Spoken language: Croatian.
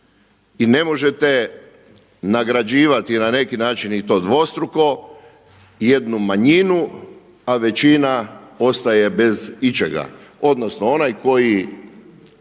i ne možete nagrađivati na neki način i to dvostruko jednu manjinu, a većina ostaje bez ičega, odnosno onaj koji